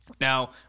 Now